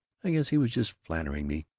i guess he was just flattering me.